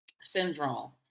syndrome